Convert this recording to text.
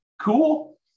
Cool